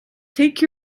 take